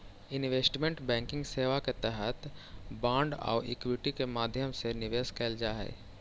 investment banking सेवा के तहत बांड आउ इक्विटी के माध्यम से निवेश कैल जा हइ